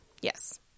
Yes